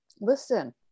listen